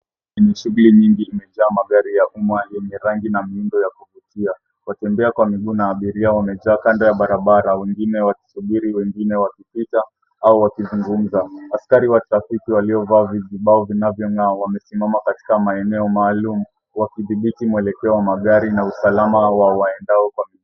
Ni shuguli nyingi imajaa magari ya umma yenye rangi na miundo ya kuvutia. Watembea kwa miguu na abiria wamejaa kando ya barabara wengine wakisubiri wwengine wakipita au wakizungumza. Askari wa trafiki waliovaa vijibao vinavyong'aa wamesimama katika maeneo maalum ya kudhibiti mwelekeo wa magari na usalama.